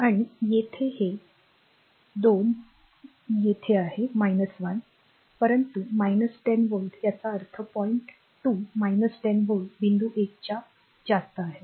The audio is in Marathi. आणि येथे हे 2 येथे आहे 1 परंतु 10 व्होल्ट याचा अर्थ पॉईंट 2 10 व्होल्ट बिंदू 1 च्या वर आहे